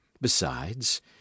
Besides